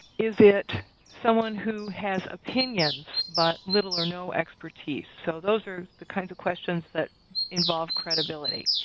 is it someone who has opinions but little or no expertise? so those are the kinds of questions that involve credibility.